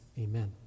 amen